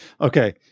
Okay